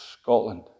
Scotland